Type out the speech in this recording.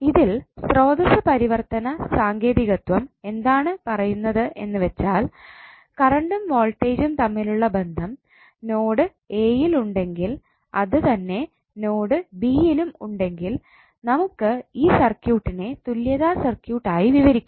ഇതിൽ സ്രോതസ്സ് പരിവർത്തന സാങ്കേതികത്വം എന്താണ് പറയുന്നത് എന്ന് വെച്ചാൽ കറണ്ടും വോൾട്ടേജും തമ്മിലുള്ള ബന്ധം നോഡ് a യിൽ ഉണ്ടെങ്കിൽ അത് തന്നെ നോഡ് b യിലും ഉണ്ടെങ്കിൽ നമുക്ക് ഈ സർക്യൂട്ടിനെ തുല്യതാ സർക്യൂട്ട് ആയി വിവരിക്കാം